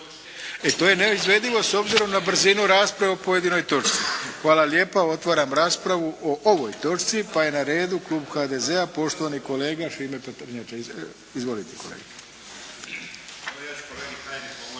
E to je neizvedivo s obzirom na brzinu rasprave o pojedinoj točci. Hvala lijepa. Otvaram raspravu o ovoj točci pa je na redu klub HDZ-a, poštovani kolega Šime Prtenjača. **Prtenjača,